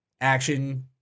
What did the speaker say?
action